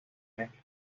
mezcla